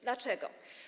Dlaczego?